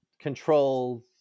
controls